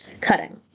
cutting